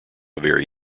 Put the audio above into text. very